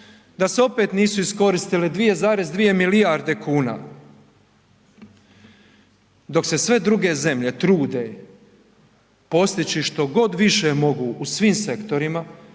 da se opet nisu iskoristile 2,2 milijarde kuna. Dok se sve druge zemlje trude postići što god više mogu u svim sektorima,